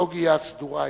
באידיאולוגיה סדורה היטב.